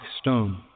stone